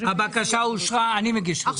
הצבעה הבקשה אושרה אני מגיש רוויזיה.